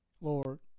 Lord